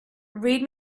read